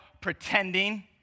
pretending